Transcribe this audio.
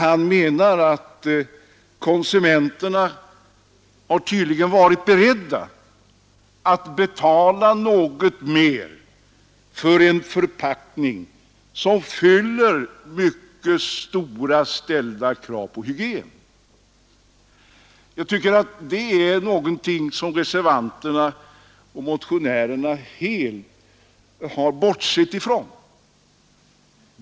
Han anser att konsumenterna tydligen är beredda att betala något mer för en förpackning som fyller mycket högt ställda krav på hygien. Jag tycker att det är någonting som reservanterna och motionärerna helt har bortsett ifrån.